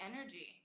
energy